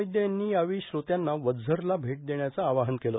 वैद्य यांनी यावेळी श्रोत्यांना वझ्झरला भेट देण्याचं आवाहन केलं